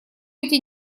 эти